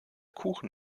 kuchen